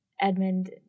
Edmund